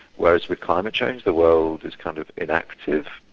whereas with climate change, the world is kind of inactive,